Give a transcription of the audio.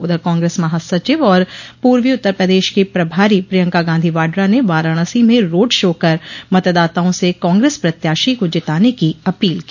उधर कांग्रेस महासचिव और पूर्वी उत्तर प्रदेश की प्रभारी प्रियंका गांधी वाड्रा ने वाराणसी में रोड शो कर मतदाताओं से कांग्रेस प्रत्याशी को जिताने की अपील की